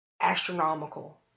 astronomical